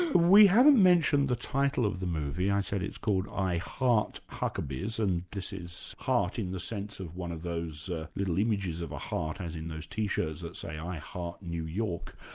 we haven't mentioned the title of the movie. i said it's called i heart huckabees, and this is heart in the sense of one of those little images of a heart, as in those t-shirts that say i heart new york,